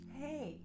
hey